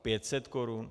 Pět set korun?